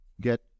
Get